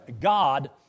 God